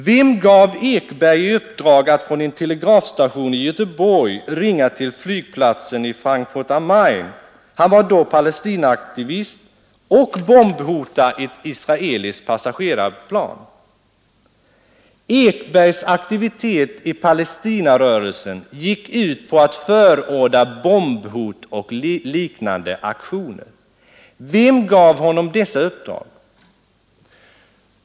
Vem gav Ekberg i uppdrag att från en telegrafstation i Göteborg ringa till flygplatsen i Frankfurt am Main — han var då Palestinaaktivist — och bombhota ett israeliskt passagerarplan? Ekbergs aktivitet i Palestinarörelsen gick ut på att förorda bombhot och liknande aktioner. Vem gav honom dessa uppdrag?